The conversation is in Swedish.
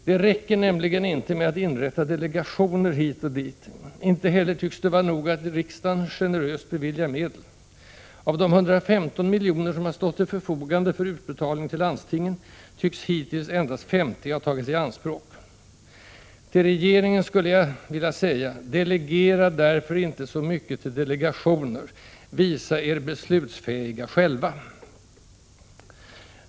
— Det räcker nämligen inte att inrätta ”delegationer” hit och dit. Inte heller tycks det vara nog att riksdagen generöst beviljar medel. Av de 115 miljoner, som har stått till förfogande för utbetalning till landstingen, tycks hittills endast 50 ha tagits i anspråk. Till regeringen skulle jag vilja säga: Delegera därför inte så mycket till delegationer! Visa er beslutsfähiga själva!